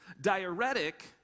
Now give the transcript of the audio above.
diuretic